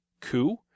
coup